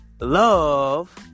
love